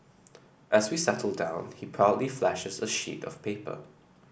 as we settle down he proudly flashes a sheet of paper